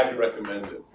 and recommend it.